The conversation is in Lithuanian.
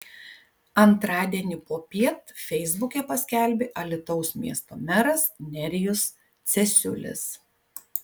antradienį popiet feisbuke paskelbė alytaus miesto meras nerijus cesiulis